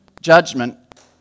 judgment